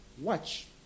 Watch